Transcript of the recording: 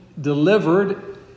delivered